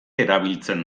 erabiltzen